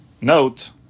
note